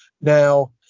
Now